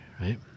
right